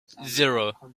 zero